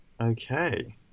Okay